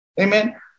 Amen